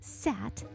sat